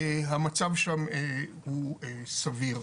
המצב שם הוא סביר.